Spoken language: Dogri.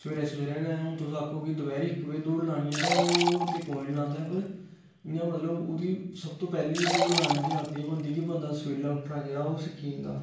सवेरे सवेरे गै हून तुस आक्खो कि दपैहरी इक बजे दौड़ लानी ऐ तो ओह् ते कोई नी लांदा पर इयां मतलब ओहदी सू तू पैहली दौड़ लाने दी आदत एह् बनदी कि सवेला उठी जंदा